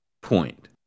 point